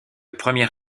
premier